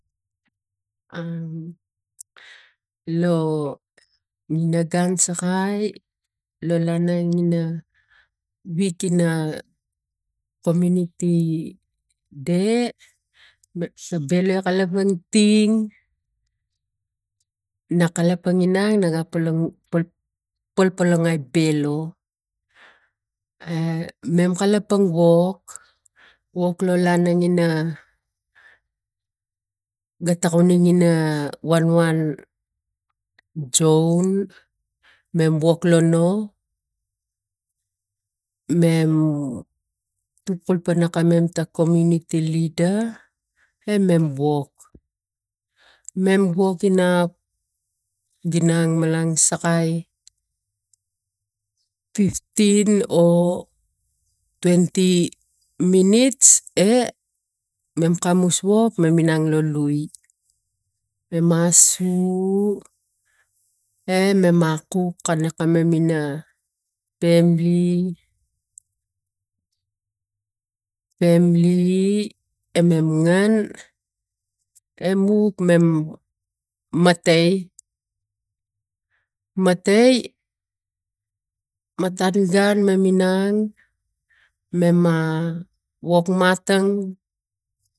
Lo in gun sakai lo lana ina wik ina komuniti de a bele kalapang tin na kalapang inang na kalapang inang na ga palangan pal palanganai pelo a mem kalapang wok lo langen ina ga tokunin ina wanwan joun mem woklo no mem tukul pana kamem kaomuniti leda mem wok mem wok inap gianang malang sakai fifteen o twentu minits mem kamus wok mem mo inang lo lui mem mas sui e mem ma kuk kane kamam ina pamili emem ngang emuk mem matai matai matam gua mam minang mam ma wok matang.